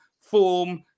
form